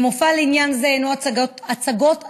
ומופע לעניין זה הינו הצגות תיאטרון.